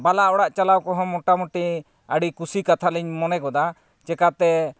ᱵᱟᱞᱟ ᱚᱲᱟᱜ ᱪᱟᱞᱟᱣ ᱠᱚᱦᱚᱸ ᱢᱳᱴᱟᱢᱩᱴᱤ ᱟᱹᱰᱤ ᱠᱩᱥᱤ ᱠᱟᱛᱟ ᱞᱤᱧ ᱢᱚᱱᱮ ᱜᱚᱫᱟ ᱪᱤᱠᱟᱹᱛᱮ